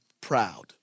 proud